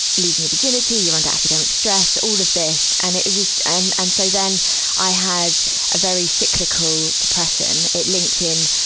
losing your virginity, you're under and academic stress. all of this. and it was and, and, so then i had a very cyclical depression. it linked in,